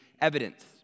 evidence